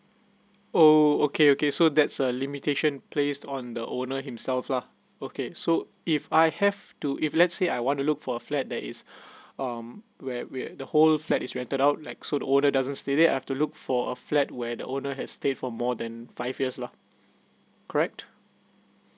oh okay okay so that's a limitation placed on the owner himself lah okay so if I have to if let's say I want to look for a flat that is um where where the whole flat is rented out like so the owner doesn't stay there I've to look for a flat where the owner has stayed for more than five years lah correct